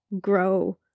grow